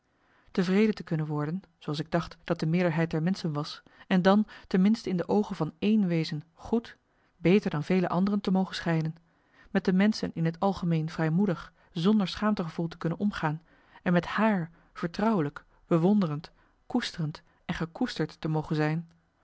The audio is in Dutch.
tevreden te kunnen worden zooals ik dacht dat de meerderheid der menschen was en dan ten minste in de oogen van één wezen goed beter dan vele anderen te mogen schijnen met de menschen in t algemeen vrijmoedig zonder schaamtegevoel te kunnen omgaan en met haar vertrouwelijk bewonderend koesterend en gekoesterd te mogen zijn